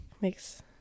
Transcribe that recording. Makes